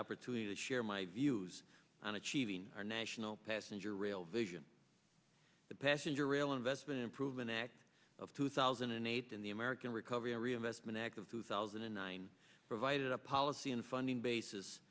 opportunity to share my views on achieving our national passenger rail vision the passenger rail investment improvement act of two thousand and eight in the american recovery and reinvestment act of two thousand and nine provided a policy and funding basis